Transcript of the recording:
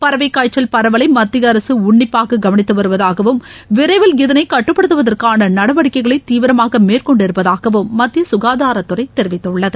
பறவைக்காய்ச்சல் பரவலை மத்திய அரசு உன்னிப்பாக கவனித்து வருவதாகவும் விரையில் இதனை கட்டுப்படுத்துவதற்கான நடவடிக்கைகளை தீவிரமாக மேற்கொண்டிருப்பதாகவும் மத்திய ககாதாரத்துறை தெரிவித்துள்ளது